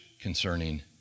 concerning